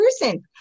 person